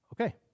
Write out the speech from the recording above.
Okay